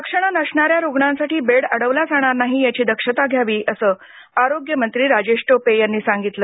लक्षणे नसणाऱ्या रुग्णांसाठी बेड अडविला जाणार नाही याची दक्षता घ्यावी असं आरोग्य मंत्री राजेश टोपे यांनी सांगितलं